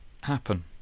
happen